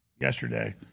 yesterday